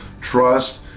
Trust